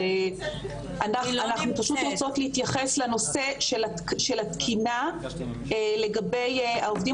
אבל פשוט רוצות להתייחס לנושא של התקינה לגבי העובדים